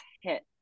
hit